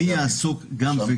מי יעסוק גם וגם.